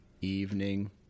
evening